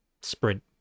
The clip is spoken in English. sprint